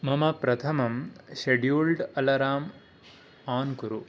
मम प्रथमं scheduled alarm on कुरु